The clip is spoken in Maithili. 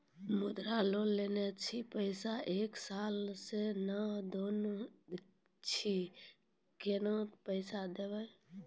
मुद्रा लोन लेने छी पैसा एक साल से ने देने छी केतना पैसा देब?